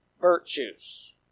virtues